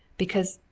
because,